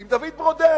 עם דוד ברודט.